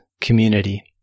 community